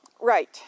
Right